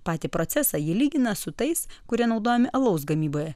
patį procesą ji lygina su tais kurie naudojami alaus gamyboje